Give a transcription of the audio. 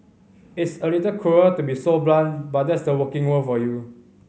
it's a little cruel to be so blunt but that's the working world for you